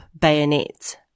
bayonet